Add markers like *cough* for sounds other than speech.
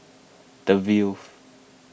the *unintelligible*